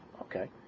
okay